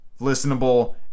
listenable